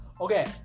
Okay